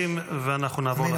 אתם שותפים לאירוע הזה.